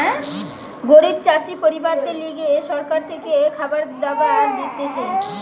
গরিব চাষি পরিবারদের লিগে সরকার থেকে খাবার দাবার দিতেছে